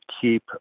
keep